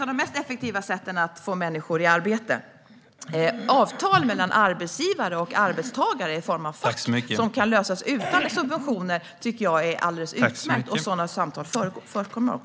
av de mest effektiva sätten att få människor i arbete. Avtal mellan arbetsgivare och arbetstagare i form av sådant som kan lösas utan subventioner tycker jag är alldeles utmärkt, och sådana samtal förekommer också.